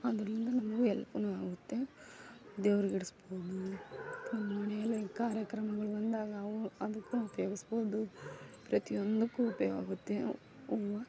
ಅದರಿಂದ ನಮಗೂ ಎಲ್ಪುನು ಆಗುತ್ತೆ ದೇವ್ರಿಗೆ ಇಡಿಸ್ಬೋದು ನಮ್ಮ ಮನೆಯಲ್ಲಿ ಕಾರ್ಯಕ್ರಮಗಳು ಬಂದಾಗ ಅವು ಅದಕ್ಕೂ ಉಪಯೋಗಿಸ್ಬೋದು ಪ್ರತಿಯೊಂದಕ್ಕೂ ಉಪಯೋಗ ಆಗುತ್ತೆ ಹೂವು